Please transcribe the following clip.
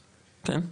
כן?